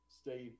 stay